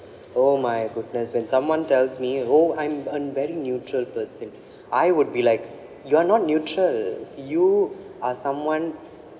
oh my goodness when someone tells me oh I'm I'm very neutral person I would be like you're not neutral you are someone